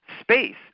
space